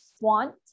want